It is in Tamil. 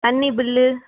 தண்ணி பில்லு